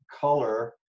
color